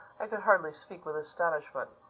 i could hardly speak with astonishment.